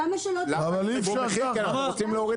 היא אומרת